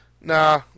nah